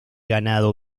ganado